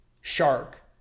shark